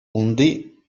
унти